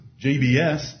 JBS